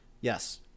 Yes